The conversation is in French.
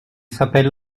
s’appelle